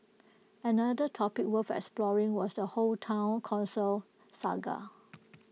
another topic worth exploring was the whole Town Council saga